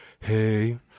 Hey